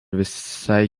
visai